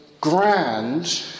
grand